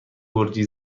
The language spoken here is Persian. گرجی